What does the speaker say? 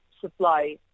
supply